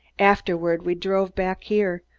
afterward we drove back here,